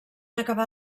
acabar